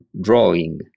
drawing